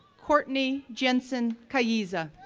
courtney jensine kayiza,